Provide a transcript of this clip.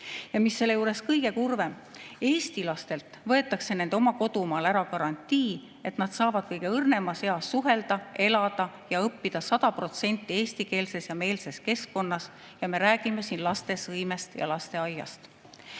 Ja mis selle juures kõige kurvem? Eesti lastelt võetakse nende oma kodumaal ära garantii, et nad saavad kõige õrnemas eas suhelda, elada ja õppida 100% eestikeelses ja -meelses keskkonnas. Me räägime siin lastesõimest ja lasteaiast.